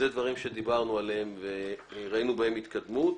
אלה דברים עליהם דיברנו וראינו בהם התקדמות.